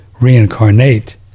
reincarnate